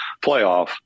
playoff